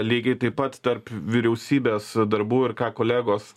lygiai taip pat tarp vyriausybės darbų ir ką kolegos